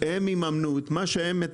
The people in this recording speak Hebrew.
שהם יממנו את מה שהם מקבלים.